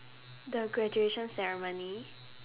the graduation ceremony